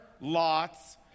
Lot's